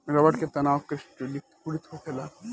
रबड़ के तनाव क्रिस्टलीकृत होखेला